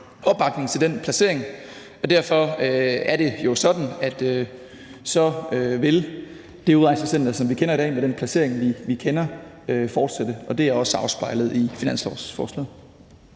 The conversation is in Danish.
opbakning til den placering, og derfor er det jo sådan, at så vil det udrejsecenter, som vi kender i dag, med den placering, som vi kender, fortsætte. Det er også afspejlet i finanslovsforslaget.